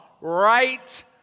right